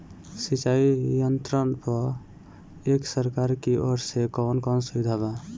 सिंचाई यंत्रन पर एक सरकार की ओर से कवन कवन सुविधा बा?